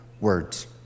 words